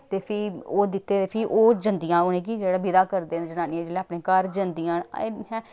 ते फ्ही ओह् दित्ते ते फ्ही ओह् जन्दियां उ'नें कि जेह्ड़ा विदा करदे न जनानियां जेल्लै अपने घर जन्दियां न